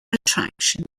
attraction